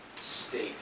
state